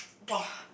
!wah!